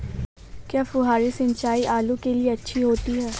क्या फुहारी सिंचाई आलू के लिए अच्छी होती है?